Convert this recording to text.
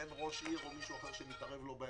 אין מישהו שמתערב לו.